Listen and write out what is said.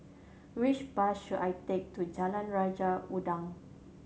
which bus should I take to Jalan Raja Udang